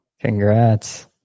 congrats